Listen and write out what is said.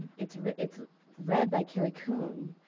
it's read it's read by carrie coon.